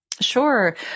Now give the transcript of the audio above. Sure